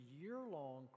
year-long